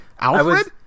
Alfred